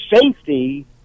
safety